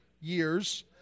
years